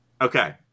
Okay